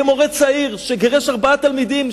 כמורה צעיר שגירש ארבעה תלמידים,